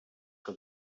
que